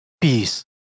Peace